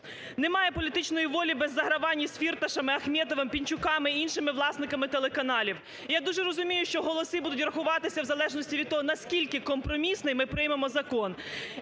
Нема політичної волі без загравань із Фірташем і Ахметовим, Пінчуками і іншими власниками телеканалів. Я дуже розумію, що голоси будуть рахуватися в залежності від того, наскільки компромісний ми приймемо закон.